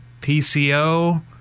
PCO